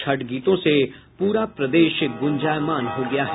छठ गीतों से पूरा प्रदेश गुंजयमान हो गया है